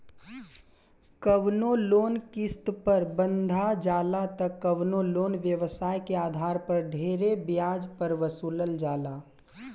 कवनो लोन किस्त पर बंधा जाला त कवनो लोन व्यवसाय के आधार पर ढेरे ब्याज पर वसूलल जाला